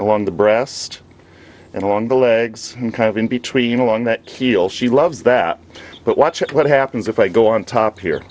along the breast and on the legs and kind of in between along that keel she loves that but watch what happens if i go on top here